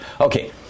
Okay